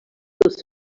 dels